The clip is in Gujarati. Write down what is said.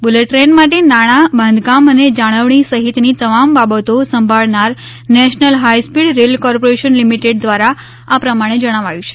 બુલેટ ટ્રેન માટે નાણાં બાંધકામ અને જાળવણી સહિતની તમામ બાબતો સંભાળનાર national high speed rail corporation limited દ્વારા આ પ્રમાણે જણાવાયું છે